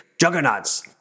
juggernauts